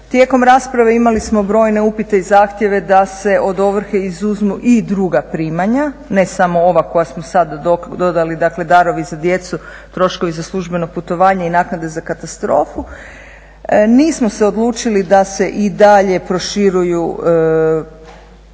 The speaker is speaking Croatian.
Tijekom rasprave imali smo brojne upite i zahtjeve da se od ovrhe izuzmu i druga primanja, ne samo ova koja smo sad dodali dakle darovi za djecu, troškovi za službeno putovanje i naknade za katastrofu. Nismo se odlučili da se i dalje proširuju primanja